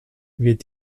wird